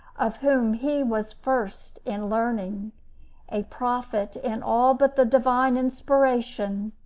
of whom he was first in learning a prophet in all but the divine inspiration!